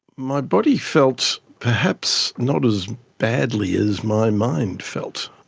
my body felt perhaps not as badly as my mind felt.